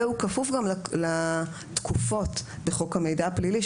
והוא כפוף גם לתקופות בחוק המידע הפלילי,